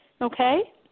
okay